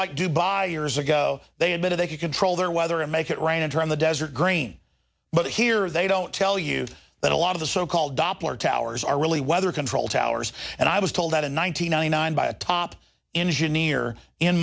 like dubai years ago they admitted they could control their weather and make it rain and turn the desert green but here they don't tell you that a lot of the so called doppler towers are really weather control towers and i was told that in one thousand nine by a top engineer in